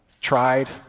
tried